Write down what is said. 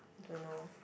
don't know